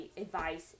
advice